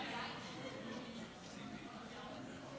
לא נעים שצעירים עומדים שם.